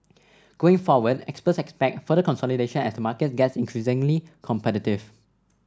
going forward experts expect further consolidation as the market gets increasingly competitive